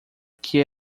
que